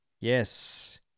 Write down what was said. Yes